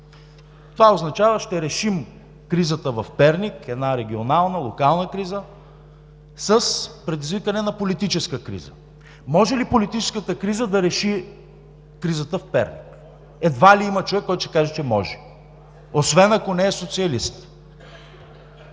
Това означава: ще решим кризата в Перник – една регионална, локална криза, с предизвикване на политическа криза. Може ли политическата криза да реши кризата в Перник? Едва ли има човек, който ще каже, че може, освен ако не е социалист.